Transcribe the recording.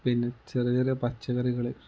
പിന്നെ ചെറിയ ചെറിയ പച്ചക്കറികൾ